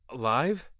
alive